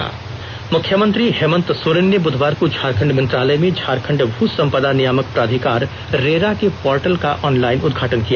portal मुख्यमंत्री हेमंत सोरेन ने बुधवार को झारखंड मंत्रालय में झारखंड भू संपदा नियामक प्राधिकार रेरा को पोर्टल का ऑनलाइन उदघाटन किया